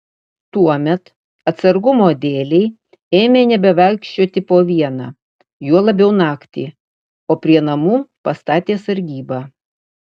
tuomet atsargumo dėlei ėmė nebevaikščioti po vieną juo labiau naktį o prie namų pastatė sargybą